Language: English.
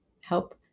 help